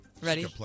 Ready